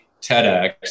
TEDx